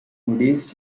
buddhist